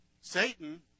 Satan